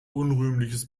unrühmliches